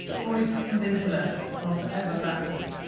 voice and intellect are forever lacking.